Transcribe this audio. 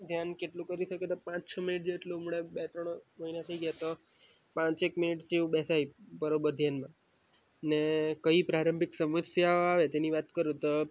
ધ્યાન કેટલું કરી શકીયે તો પાંચ છ મિનિટ જેટલું હમણાં બે ત્રણ મહિના થઈ ગયા તો પાંચેક મિનિટ જેવું બેસાય બરોબર ધ્યાનમાં ને કઈ પ્રારંભિક સમસ્યાઓ આવે તેની વાત કરું તો